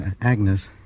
Agnes